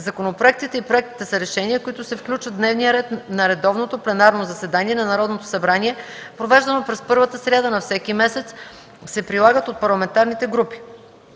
Законопроектите и проектите за решения, които се включват в дневния ред на редовното пленарно заседание на Народното събрание, провеждано през първата сряда на всеки месец, се предлагат от парламентарните групи.